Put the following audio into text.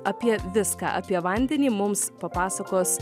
apie viską apie vandenį mums papasakos